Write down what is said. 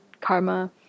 karma